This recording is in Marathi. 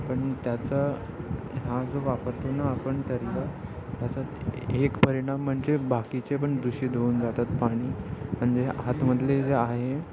पण त्याचा हा जो वापरतो ना आपण त्याचा त्याचा एक परिणाम म्हणजे बाकीचे पण दुषित होऊन जातात पाणी म्हणजे आतमधले जे आहे